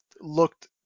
looked